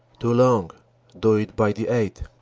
too long do it by the eighth.